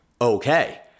okay